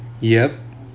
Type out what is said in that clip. ya